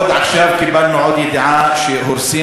חבר הכנסת חזן, בעמדה מהצד, תודה.